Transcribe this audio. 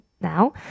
Now